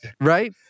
right